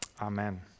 Amen